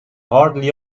hardly